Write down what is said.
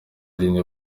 aline